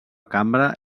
cambra